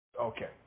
Okay